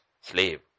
slave